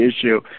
issue